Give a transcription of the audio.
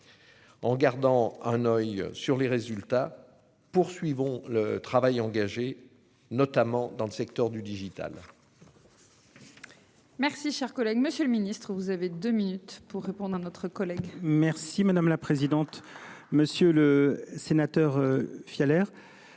En gardant un oeil sur les résultats. Poursuivons le travail engagé notamment dans le secteur du digital.